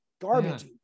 garbage